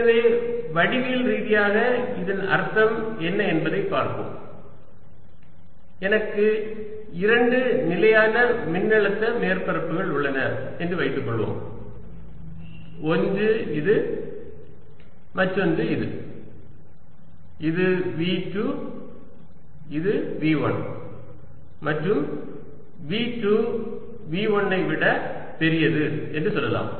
எனவே வடிவியல் ரீதியாக இதன் அர்த்தம் என்ன என்பதை பார்ப்போம் எனக்கு இரண்டு நிலையான மின்னழுத்த மேற்பரப்புகள் உள்ளன என்று வைத்துக்கொள்வோம் ஒன்று இது மற்றொன்று இது இது V2 இது V1 மற்றும் V2 V1 ஐ விட பெரியது என்று சொல்லலாம்